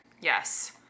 Yes